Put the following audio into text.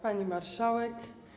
Pani Marszałek!